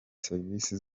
serivisi